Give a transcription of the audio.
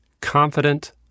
confident